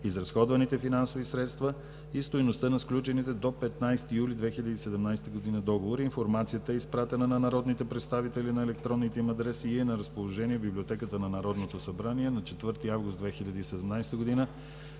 изразходваните финансови средства и стойността на сключените до 15 юли 2017 г. договори. Информацията е изпратена на народните представители на електронните им адреси и е на разположение в Библиотеката на Народното събрание. На 4 август 2017 г.